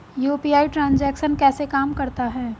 UPI transaction कैसे काम करता है?